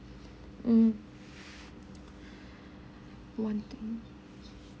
mm one thing